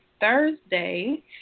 Thursday